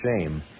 shame